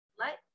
let